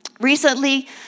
Recently